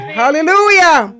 hallelujah